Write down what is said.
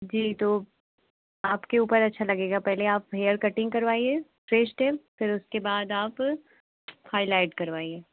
जी तो आपके ऊपर अच्छा लगेगा पहले आप हेयर कटिन्ग करवाइए थ्री स्टेप फिर उसके बाद आप हाईलाइट करवाइए